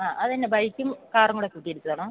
ആ അത് എന്താണ് ബൈക്കും കാറും കൂടെ കൂട്ടിയിടിച്ചതാണോ